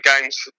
games